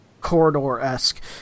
corridor-esque